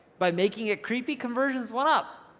by making it creepy, conversions went up.